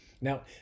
now